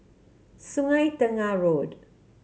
Sungei Tengah Road